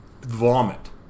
Vomit